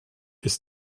ist